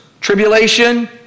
tribulation